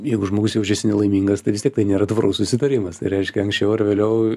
jeigu žmogus jaučiasi nelaimingas tai vis tiek tai nėra tvarus susitarimas tai reiškia anksčiau ar vėliau